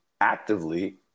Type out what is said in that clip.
actively